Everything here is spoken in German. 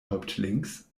häuptlings